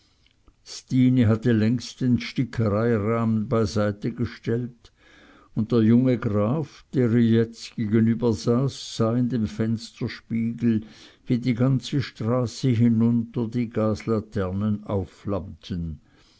hatte längst den stickrahmen beiseite gestellt und der junge graf der ihr jetzt gegenübersaß sah in dem fensterspiegel wie die ganze straße hinunter die gaslaternen aufflammten